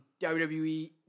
WWE